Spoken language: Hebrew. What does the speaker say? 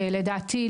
לדעתי,